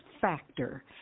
factor